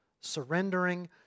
surrendering